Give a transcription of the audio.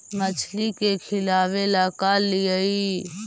मछली के खिलाबे ल का लिअइ?